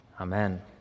Amen